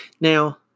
Now